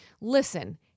listen